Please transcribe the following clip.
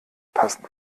passen